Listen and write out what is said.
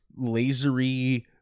lasery